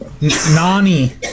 Nani